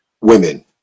women